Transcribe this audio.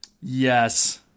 yes